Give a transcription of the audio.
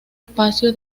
espacio